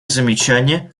замечание